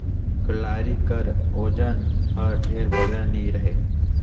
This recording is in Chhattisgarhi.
कलारी कर ओजन हर ढेर बगरा नी रहें